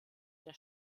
der